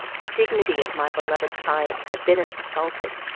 the dignity of my beloved science had been insulted.